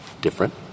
different